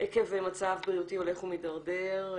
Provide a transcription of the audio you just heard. עקב מצב בריאותי הולך ומידרדר.